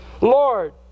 Lord